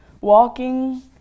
walking